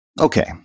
Okay